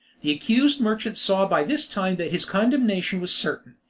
the accused merchant saw by this time that his condemnation was certain,